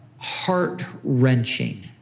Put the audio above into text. heart-wrenching